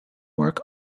work